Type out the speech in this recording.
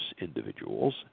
individuals